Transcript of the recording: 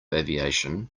aviation